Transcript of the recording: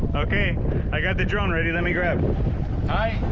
okay i got the drone ready let me grab hola,